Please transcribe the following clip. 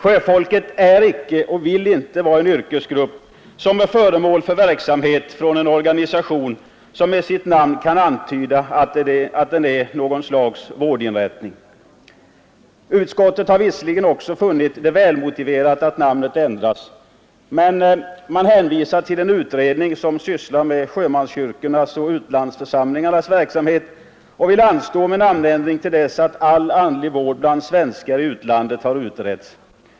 Sjöfolket vill icke som yrkesgrupp vara föremål för verksamhet från en organisation som med sitt namn kan antyda att den är någon sorts vårdinrättning. Utskottet har visserligen också funnit det välmotiverat att namnet ändras, men utskottet hänvisar till en utredning som sysslar med sjömanskyrkornas och utlandsförsamlingarnas verksamhet och vill låta det anstå med en namnändring till dess frågorna om all andlig vård bland svenskar i utlandet har utretts.